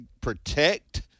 protect